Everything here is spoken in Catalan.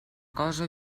cosa